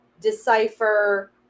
decipher